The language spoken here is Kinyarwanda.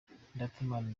ndatimana